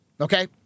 Okay